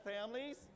families